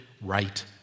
right